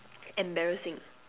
embarrassing